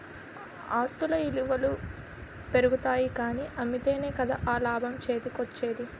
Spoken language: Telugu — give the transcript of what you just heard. ఆస్తుల ఇలువలు పెరుగుతాయి కానీ అమ్మితేనే కదా ఆ లాభం చేతికోచ్చేది?